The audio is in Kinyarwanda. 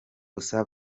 gusa